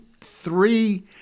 three